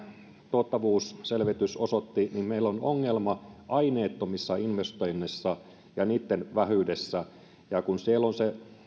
tuottavuusselvitys osoitti meillä on ongelma aineettomissa investoinneissa ja niitten vähyydessä ja siellä on se